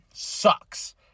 sucks